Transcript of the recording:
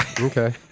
Okay